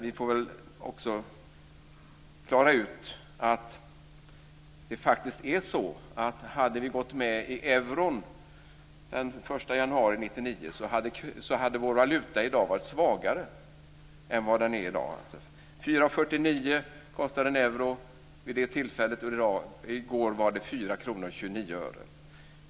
Vi får väl också klara ut att det faktiskt är så att om vi hade gått med i EMU den 1 januari 1999, hade vår valuta i dag varit svagare än vad den är. 4:49 kr kostade en euro vid det tillfället, och i går kostade den 4:29 kr.